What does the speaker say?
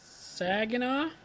Saginaw